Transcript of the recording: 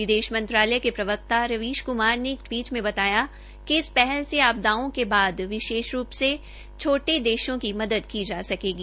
विदेश मंत्रालय के प्रवक्ता रवीश कुमार ने एक ट्वीट में बताया कि इस पहल से आपदाओं के बाद विशेष रूप से छोटे देशों की मदद की जा सकेगी